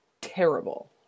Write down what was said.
terrible